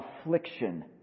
affliction